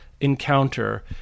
encounter